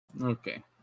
Okay